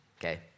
okay